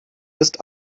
ist